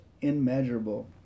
immeasurable